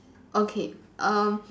okay uh